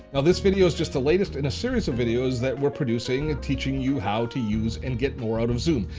now, this video is just the latest in a series of videos that we're producing teaching you how to use and get more out of zoom.